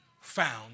found